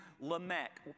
Lamech